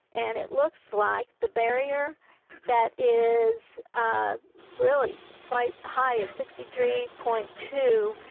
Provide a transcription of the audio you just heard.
and it looks like the barrier that is really quite high at sixty three point two,